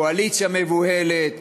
קואליציה מבוהלת.